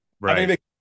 Right